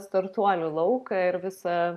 startuolių lauką ir visa